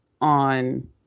on